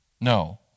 No